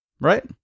right